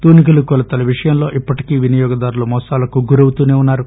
తూనికలు కొలతలు విషయంలో ఇప్పటికీ వినియోగదారులు మోసాలకు గురవుతూనే ఉన్నారు